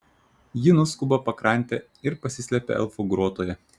ji nuskuba pakrante ir pasislepia elfų grotoje